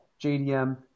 JDM